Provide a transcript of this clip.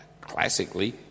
Classically